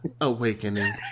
awakening